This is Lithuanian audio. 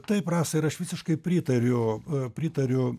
taip rasa ir aš visiškai pritariu pritariu